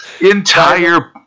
entire